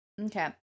Okay